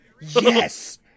Yes